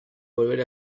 volver